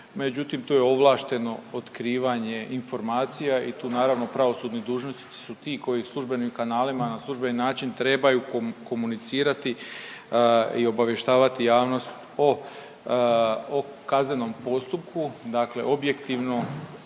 međutim, to je ovlašteno otkrivanje informacija i tu naravno, pravosudni dužnosnici su ti koji službenim kanalima na službeni način trebaju komunicirati i obavještavati javnost o kaznenom postupku, dakle objektivno